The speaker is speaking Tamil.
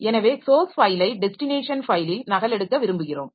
எனவே சோர்ஸ் ஃபைலை டெஸ்டினேஷன் ஃபைலில் நகலெடுக்க விரும்புகிறோம்